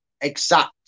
exact